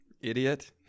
Idiot